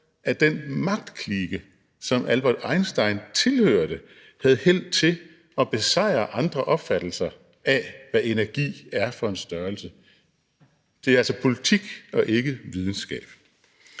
at den magtklike, som Albert Einstein tilhørte, havde held til at besejre andre opfattelser af, hvad energi er for en størrelse. Det er altså politik og ikke videnskab.